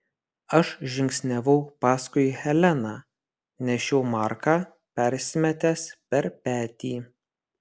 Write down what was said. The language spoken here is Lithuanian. aš žingsniavau paskui heleną nešiau marką persimetęs per petį